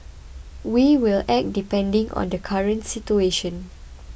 we will act depending on the current situation